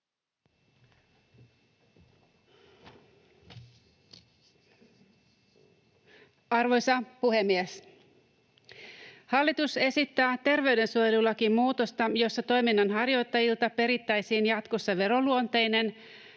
Arvoisa puhemies! Hallitus esittää terveydensuojelulakiin muutosta, jossa toiminnanharjoittajilta perittäisiin jatkossa veroluonteinen